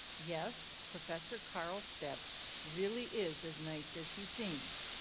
yes, professor carl stepp really is as nice as he seems.